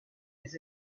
des